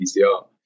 PCR